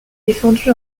défendu